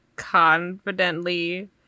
confidently